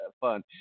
fun